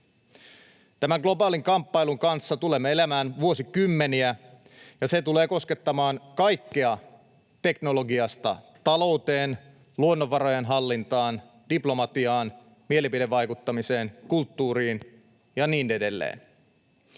Tämän globaalin kamppailun kanssa tulemme elämään vuosikymmeniä, ja se tulee koskettamaan kaikkea teknologiasta talouteen, luonnonvarojen hallintaan, diplomatiaan, mielipidevaikuttamiseen, kulttuuriin ja niin edelleen.